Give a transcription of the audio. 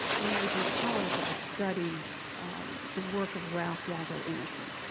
when i was in college, i studied the work of ralph waldo emerson,